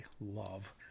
love